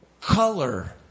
color